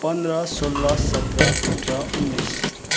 पन्ध्र सोह्र सत्र अठार उन्नाइस